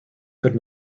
could